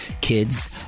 kids